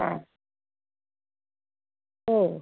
ആ ഓ